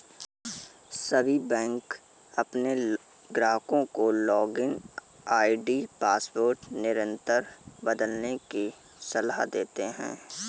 सभी बैंक अपने ग्राहकों को लॉगिन आई.डी पासवर्ड निरंतर बदलने की सलाह देते हैं